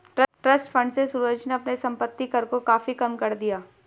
trust fund से सूरज ने अपने संपत्ति कर को काफी कम कर दिया